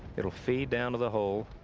it'll feed down to the hole.